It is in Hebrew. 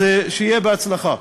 אז שיהיה בהצלחה.